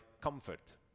comfort